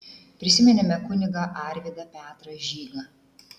prisiminėme kunigą arvydą petrą žygą